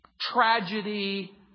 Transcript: tragedy